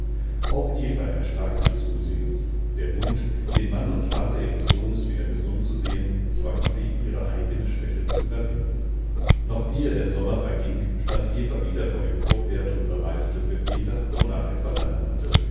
auch eva erstarkte zusehends der wunsch den mann und vater ihres sohnes wieder gesund zu sehen zwang sie ihre eigene schwäche zu überwinden noch ehe der sommer verging stand eva wieder vor dem kochherd und bereitete für peter wonach er verlangen hatte